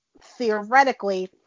theoretically